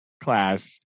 class